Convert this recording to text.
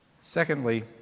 Secondly